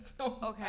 Okay